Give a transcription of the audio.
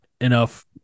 enough